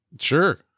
Sure